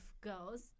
girls